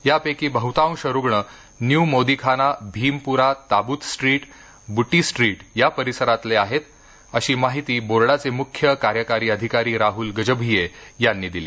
या पैकी बहुतांश रुग्ण new Modikhana Bhimpura Tabut street Butti street या परिसरात आढळून आले आहेत अशी माहिती बोर्डाचे मुख्य कार्यकारी अधिकारी राहुल गजभिये यांनी दिली